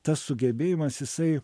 tas sugebėjimas jisai